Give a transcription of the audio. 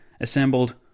assembled